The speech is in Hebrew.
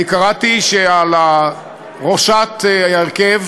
אני קראתי שעל ראשת ההרכב